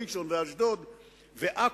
ראשון, אשדוד ועכו,